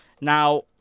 Now